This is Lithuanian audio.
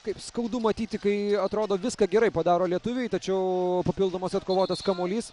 kaip skaudu matyti kai atrodo viską gerai padaro lietuviai tačiau papildomas atkovotas kamuolys